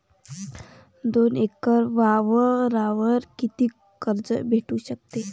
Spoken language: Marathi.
दोन एकर वावरावर कितीक कर्ज भेटू शकते?